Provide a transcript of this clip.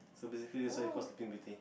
so basically is why it's called sleeping beauty